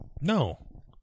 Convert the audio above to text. No